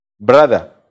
brother